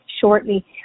shortly